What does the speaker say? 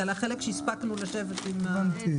והוא על החלק שהספקנו לדון בו.